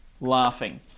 laughing